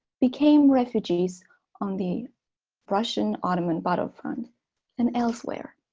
became refugees on the russian-ottoman battlefront and elsewhere